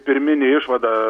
pirminė išvada